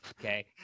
Okay